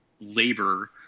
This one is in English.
labor